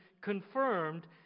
confirmed